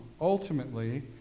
Ultimately